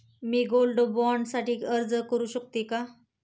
मी gold bond साठी अर्ज करु शकते का?